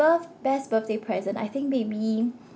birth~ best birthday present I think maybe